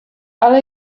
ale